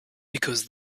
because